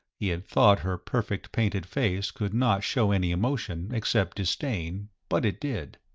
he had thought her perfect-painted face could not show any emotion except disdain, but it did.